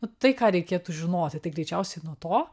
nu tai ką reikėtų žinoti tai greičiausiai nuo to